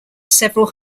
several